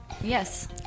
Yes